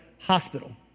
Hospital